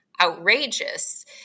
outrageous